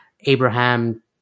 Abraham